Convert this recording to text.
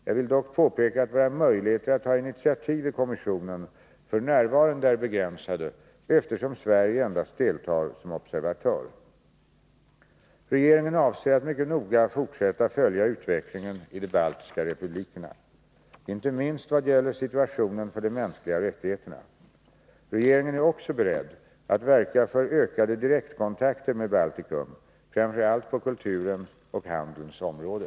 Jag vill dock påpeka att våra möjligheter att ta initiativ i kommissionen f.n. är begränsade, eftersom Sverige endast deltar som observatör. Regeringen avser att mycket noga fortsätta att följa utvecklingen i de baltiska republikerna, icke minst vad gäller situationen för de mänskliga rättigheterna. Regeringen är också beredd att verka för ökade direktkontakter med Baltikum, framför allt på kulturens och handelns område.